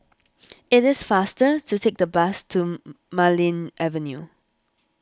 it is faster to take the bus to Marlene Avenue